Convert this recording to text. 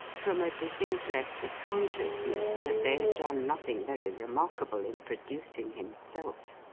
from a disinterested consciousness that they had done nothing very remarkable in producing himself.